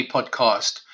Podcast